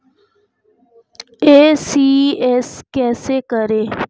ECS कैसे करें?